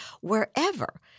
wherever